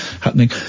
happening